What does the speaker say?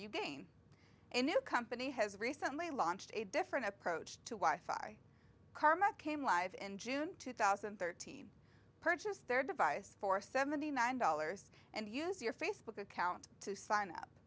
you gain a new company has recently launched a different approach to wife by karma came live in june two thousand and thirteen purchased their device for seventy nine dollars and use your facebook account to sign up